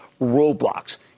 Roblox